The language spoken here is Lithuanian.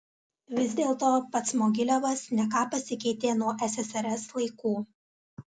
vis dėlto pats mogiliavas ne ką pasikeitė nuo ssrs laikų